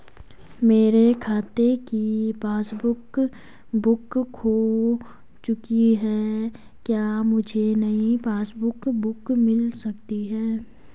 मेरे खाते की पासबुक बुक खो चुकी है क्या मुझे नयी पासबुक बुक मिल सकती है?